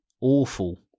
awful